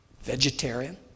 vegetarian